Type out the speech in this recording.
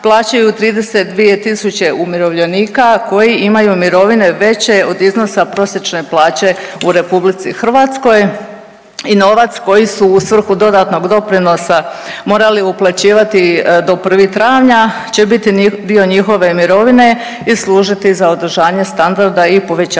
plaćaju 32.000 umirovljenika koji imaju mirovine veće od iznosa prosječne plaće u RH i novac koji su u svrhu dodatnog doprinosa morali uplaćivati do 1. travnja će biti dio njihove mirovine i služiti za održanje standarda i povećanja